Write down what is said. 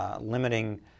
Limiting